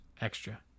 extra